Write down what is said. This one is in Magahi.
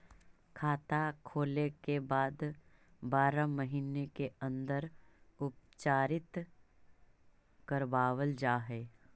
खाता खोले के बाद बारह महिने के अंदर उपचारित करवावल जा है?